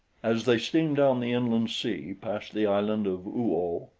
as they steamed down the inland sea past the island of oo-oh,